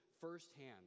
firsthand